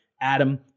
Adam